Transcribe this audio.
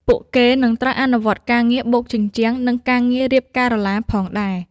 ពួកគេនឹងត្រូវអនុវត្តការងារបូកជញ្ជាំងនិងការងាររៀបការ៉ូឡាផងដែរ។